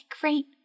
great